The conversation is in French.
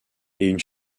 une